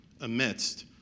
amidst